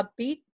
upbeat